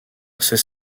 c’est